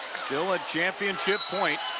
still a championship point.